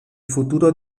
futuro